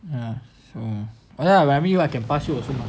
ya so oh ya when I meet you I can pass you also mah